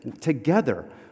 together